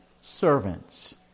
servants